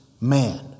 man